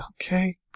okay